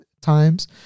times